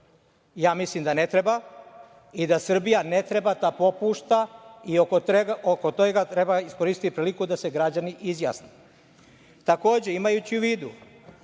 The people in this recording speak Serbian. Ja mislim da ne treba i da Srbija ne treba da popušta i oko toga treba iskoristiti priliku da se građani izjasne. Takođe,